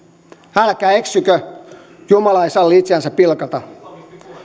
älkää eksykö jumala ei salli itseänsä pilkata